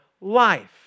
life